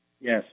Yes